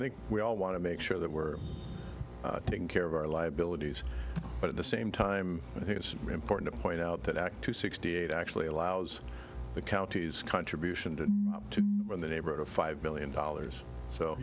think we all want to make sure that we're getting care of our liabilities but at the same time i think it's important to point out that act two sixty eight actually allows the county's contribution to in the neighborhood of five billion dollars so